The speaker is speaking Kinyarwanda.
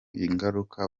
ingaruka